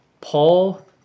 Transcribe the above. Paul